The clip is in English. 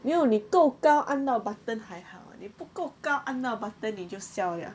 没有你够高按到 button 还好你不够高按到 button 你就 siao liao